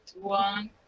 one